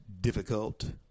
difficult